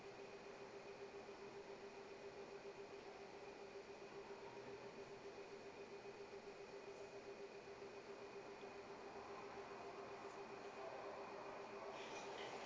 all